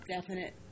definite